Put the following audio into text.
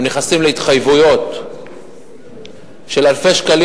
הם נכנסים להתחייבויות של אלפי שקלים